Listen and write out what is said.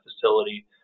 facility